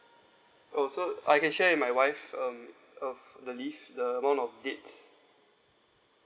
oh so I can share with my wife um of the leave the one of dates